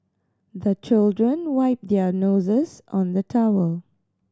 the children wipe their noses on the towel